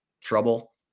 trouble